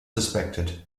suspected